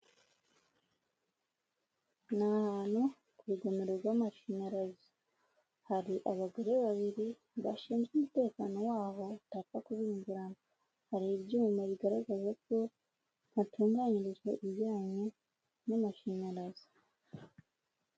Ni ahantu ku rugomero rw'amashanyarazi, hari abagore babiri bashinzwe umutekano waho utapfa kuhinjira, hari ibyuma bigaragaza ko hatunganyirizwa ibijyanye n'amashanyarazi.